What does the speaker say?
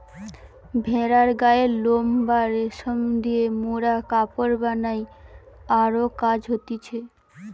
ভেড়ার গায়ের লোম বা রেশম দিয়ে মোরা কাপড় বানাই আরো কাজ হতিছে